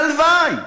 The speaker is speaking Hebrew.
הלוואי.